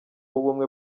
w’ubumwe